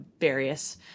various